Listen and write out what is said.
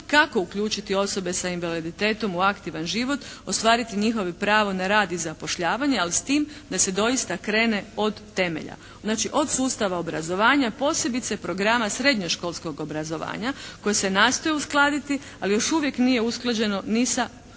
kako uključiti osobe sa invaliditetom u aktivan život, ostvariti njihovo pravo na rad i zapošljavanje ali s tim da se doista krene od temelja, znači od sustava obrazovanja posebice programa srednjoškolskog obrazovanja koje se nastoji uskladiti ali još uvijek nije usklađeno ni sa